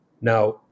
Now